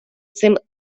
цим